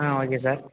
ah okay sir